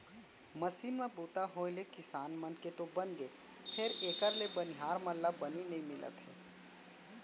machine म बूता होय ले किसान मन के तो बनगे फेर एकर ले बनिहार मन ला बनी नइ मिलत हे